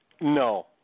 no